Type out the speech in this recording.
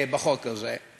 בחוק הזה.